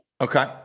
Okay